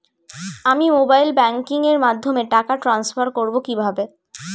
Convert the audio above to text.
আমি mobile banking এর মাধ্যমে টাকা টান্সফার করব কিভাবে?